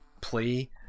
play